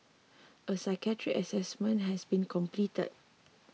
a psychiatric assessment has been completed